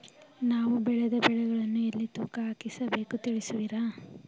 ನಾವು ಬೆಳೆದ ಬೆಳೆಗಳನ್ನು ಎಲ್ಲಿ ತೂಕ ಹಾಕಿಸ ಬೇಕು ತಿಳಿಸುವಿರಾ?